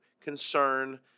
concern